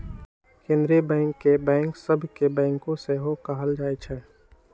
केंद्रीय बैंक के बैंक सभ के बैंक सेहो कहल जाइ छइ